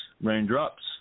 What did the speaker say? raindrops